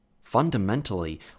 Fundamentally